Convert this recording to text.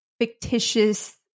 fictitious